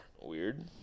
weird